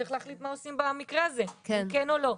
מה עושים במקרה הזה, כן או לא.